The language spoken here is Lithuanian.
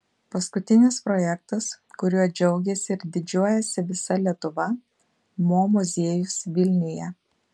paskutinis projektas kuriuo džiaugiasi ir didžiuojasi visa lietuva mo muziejus vilniuje